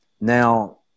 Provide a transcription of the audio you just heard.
Now